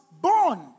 born